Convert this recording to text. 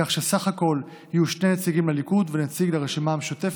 כך שסך הכול יהיו שני נציגים לליכוד ונציג לרשימה המשותפת.